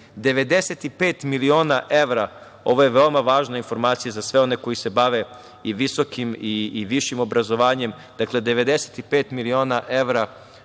u našoj zemlji. Ovo je veoma važna informacija za sve one koji se bave i visokim i višim obrazovanjem, 95 miliona evra